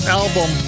album